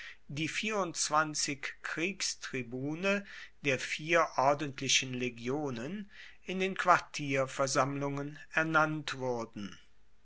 die vierundzwanzig kriegstribune der vier ordentlichen legionen in den quartierversammlungen ernannt wurden